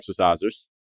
exercisers